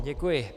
Děkuji.